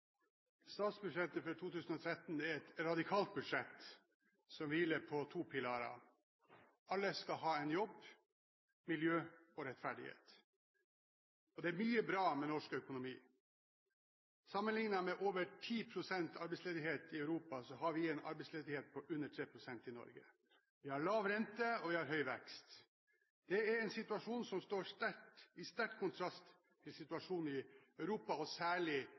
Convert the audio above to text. Statsbudsjettet for 2013 er et radikalt budsjett, som hviler på to pilarer: på at alle skal ha en jobb og på miljø og rettferdighet. Det er mye bra med norsk økonomi. Sammenlignet med over 10 pst. arbeidsledighet i Europa, har vi en arbeidsledighet på under 3 pst. i Norge. Vi har lav rente, og vi har høy vekst. Det er en situasjon som står i sterk kontrast til situasjonen i Europa, og særlig